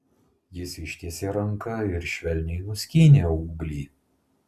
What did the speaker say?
jis ištiesė ranką ir švelniai nuskynė ūglį